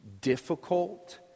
difficult